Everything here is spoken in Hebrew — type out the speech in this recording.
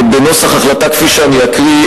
בנוסח החלטה כפי שאני אקריא,